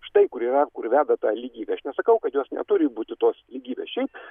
štai kur yra kur veda ta lygybė aš nesakau kad jos neturi būti tos lygybės šiaip